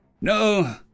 No